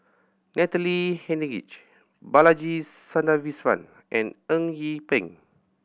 Natalie Hennedige Balaji Sadasivan and Eng Yee Peng